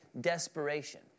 desperation